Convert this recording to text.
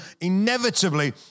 inevitably